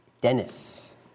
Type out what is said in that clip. Dennis